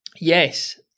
yes